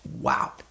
wow